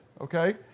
okay